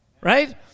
Right